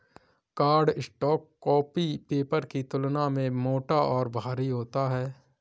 cardstock copy paper की तुलना में मोटा और भारी होता है